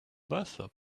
bathtub